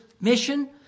mission